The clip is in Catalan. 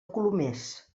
colomers